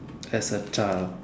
as a child